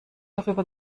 darüber